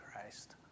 Christ